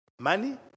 Money